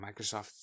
Microsoft